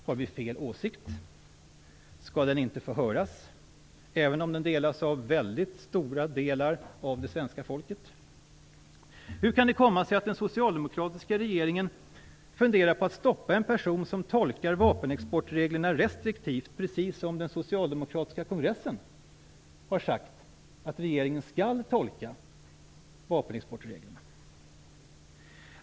Har vi fel åsikt? Skall vår åsikt inte få höras trots att den delas av väldigt stora delar av det svenska folket? Hur kan det komma sig att den socialdemokratiska regeringen funderar på att stoppa en person som tolkar vapenexportreglerna restriktivt, precis som den socialdemokratiska kongressen har sagt att man skall göra?